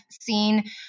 seen